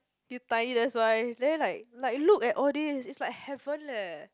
you're tiny that's why then like like look at all these it's like heaven leh